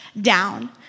down